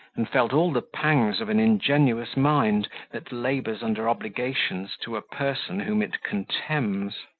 and felt all the pangs of an ingenuous mind that labours under obligations to a person whom it contemns.